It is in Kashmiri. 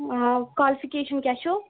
آ کالفِکیشَن کیٛاہ چھُو